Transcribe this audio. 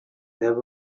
there